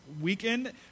weekend